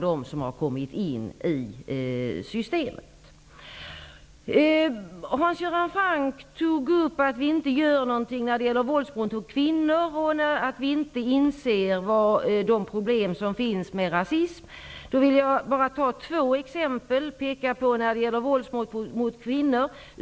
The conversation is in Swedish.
De som har kommit in i systemet förs inte samman. Hans Göran Franck sade att vi inte gör något när det gäller våldsbrott mot kvinnor, och han menar vidare att vi inte inser problemen med rasism. Jag vill peka på två exempel när det gäller våldsbrott mot kvinnor.